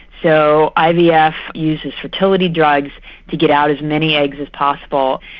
so ivf yeah uses fertility drugs to get out as many eggs as possible,